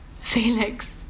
Felix